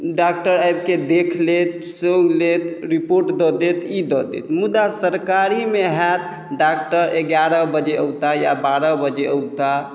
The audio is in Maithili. डॉक्टर आबिके देखि लेत सुनि लेत रिपोर्ट दऽ देत ई दऽ देत मुदा सरकारीमे हैत डॉक्टर एगारह बजे औताह या बारह बजे औताह